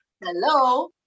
hello